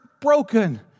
broken